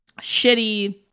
shitty